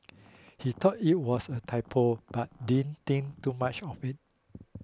he thought it was a typo but didn't think too much of it